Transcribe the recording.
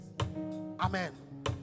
Amen